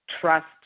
trust